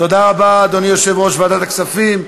תודה רבה, אדוני יושב-ראש ועדת הכספים.